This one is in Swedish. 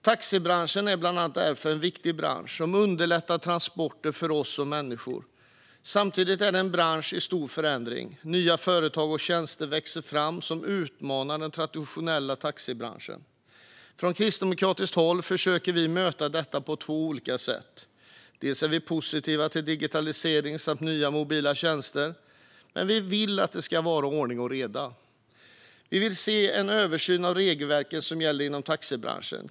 Taxibranschen är bland annat därför en viktig bransch som underlättar transporter för oss som människor. Samtidigt är det en bransch i stor förändring. Nya företag och tjänster växer fram som utmanar den traditionella taxibranschen. Från kristdemokratiskt håll försöker vi möta detta på två olika sätt. Vi är positiva till digitalisering och nya mobila tjänster, men vi vill att det ska vara ordning och reda. Vi vill se en översyn av regelverken som gäller inom taxibranschen.